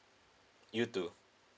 you too